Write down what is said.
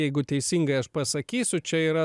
jeigu teisingai aš pasakysiu čia yra